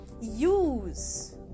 use